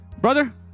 Brother